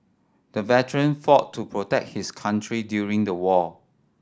the veteran fought to protect his country during the war